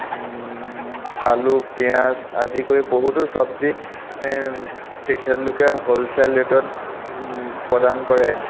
আলু পিঁয়াজ আদি কৰি বহুতো চব্জি তেখেতলোকে হ'লচেল ৰেটত প্ৰদান কৰে